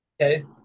Okay